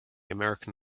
american